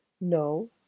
no